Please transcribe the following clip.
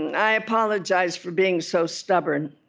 and i apologize for being so stubborn